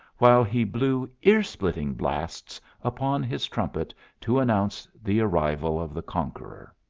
while he blew ear-splitting blasts upon his trumpet to announce the arrival of the conqueror.